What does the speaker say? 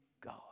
God